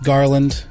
Garland